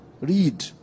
read